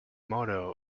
motto